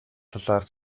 талаар